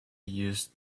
used